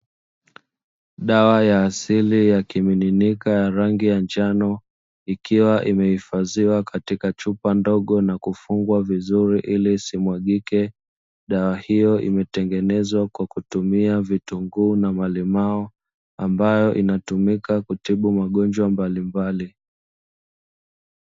Dawa ya asili ya kimiminika ya rangi ya njano ikiwa imehifadhiwa katika chupa ndogo na kufungwa vizuri ili isimwagike. Dawa hiyo imetengenezwa kwa kutumia vitunguu na malimao ambayo inatumika kutibu magonjwa mbalimbali.